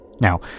Now